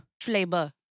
Flavor